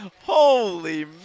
Holy